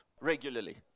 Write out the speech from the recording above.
regularly